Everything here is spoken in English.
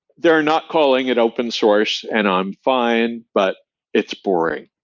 they're not calling it open source, and i'm fine, but it's boring.